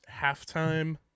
halftime